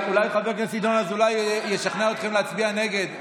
אזולאי ישכנע אתכם להצביע נגד.